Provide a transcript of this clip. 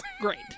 Great